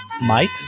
Mike